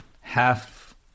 half